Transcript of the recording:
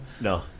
No